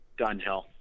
Dunhill